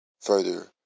further